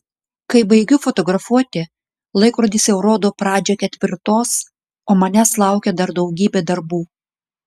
kai baigiu fotografuoti laikrodis jau rodo pradžią ketvirtos o manęs laukia dar daugybė darbų